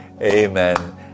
amen